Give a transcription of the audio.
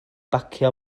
bacio